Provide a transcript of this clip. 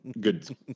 good